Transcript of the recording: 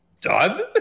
done